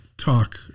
talk